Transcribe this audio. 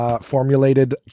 Formulated